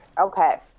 Okay